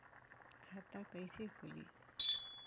खाता कइसे खुली?